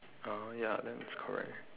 oh ya then it's correct eh